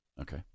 Okay